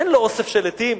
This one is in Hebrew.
אין לו אוסף של עטים.